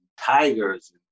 tigers